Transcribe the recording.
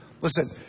Listen